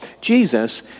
Jesus